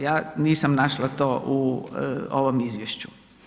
Ja nisam našla to u ovom izvješću.